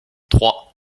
trois